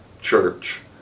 church